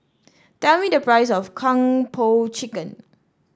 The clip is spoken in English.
tell me the price of Kung Po Chicken